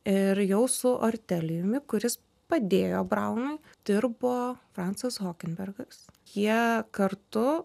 ir jau su ortelijumi kuris padėjo braunui dirbo francas hokembergas jie kartu